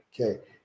okay